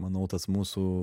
manau tas mūsų